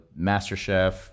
MasterChef